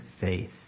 faith